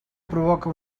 provoca